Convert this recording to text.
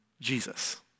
Jesus